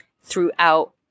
throughout